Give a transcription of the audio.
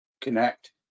connect